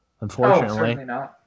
unfortunately